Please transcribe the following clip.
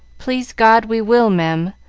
please god, we will, mem!